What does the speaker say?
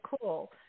cool